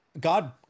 God